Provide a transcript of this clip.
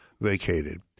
vacated